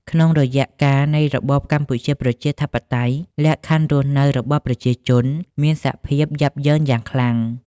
ក្នុងរយៈកាលនៃ របបកម្ពុជាប្រជាធិបតេយ្យ លក្ខខណ្ឌរស់នៅរបស់ប្រជាជនមានសភាពយ៉ាប់យ៉ឺនយ៉ាងខ្លាំង ។